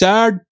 Sad